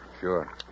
Sure